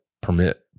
permit